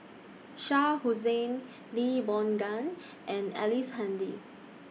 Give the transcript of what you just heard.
Shah Hussain Lee Boon Ngan and Ellice Handy